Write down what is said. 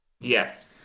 Yes